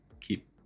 keep